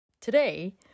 Today